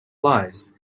lives